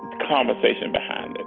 conversation behind it.